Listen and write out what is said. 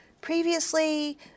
previously